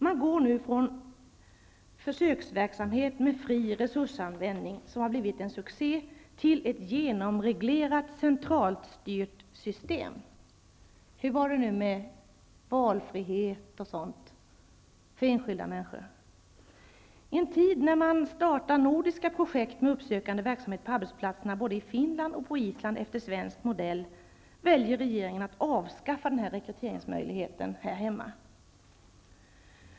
Man går nu från försöksverksamhet med fri resursanvändning, som har blivit en succé, till ett genomreglerat, centralstyrt system. Hur var det nu med valfrihet för enskilda människor och sådant? I en tid när man startar nordiska projekt med uppsökande verksamhet på arbetsplatserna både i Finland och på Island, efter svensk modell, väljer regeringen att avskaffa denna rekryteringsmöjlighet här hemma.